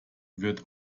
wird